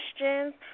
questions